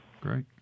great